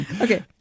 Okay